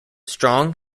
strong